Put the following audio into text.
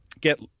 get